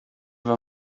war